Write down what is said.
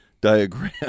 Diagram